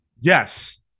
yes